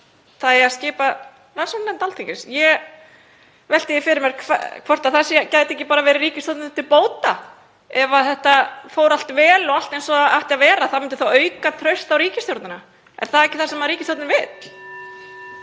því að skipa rannsóknarnefnd Alþingis? Ég velti því fyrir mér hvort það gæti ekki bara verið ríkisstjórninni til bóta, ef þetta fór allt vel og allt eins og það átti að vera. Það myndi þá auka traust á ríkisstjórnina. Er það ekki það sem ríkisstjórnin vill?